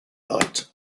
night